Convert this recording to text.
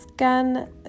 scan